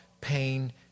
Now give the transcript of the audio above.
pain